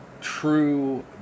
true